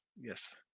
Yes